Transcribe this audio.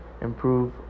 improve